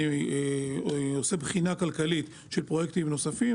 אני עושה בחינה כלכלית של פרויקטים נוספים,